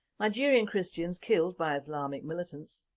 nigerian christians killed by islamic militants